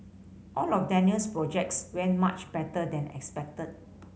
all of Daniel's projects went much better than expected